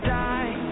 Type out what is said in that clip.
die